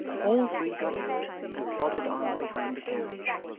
all three got out and plodded on behind the carriage.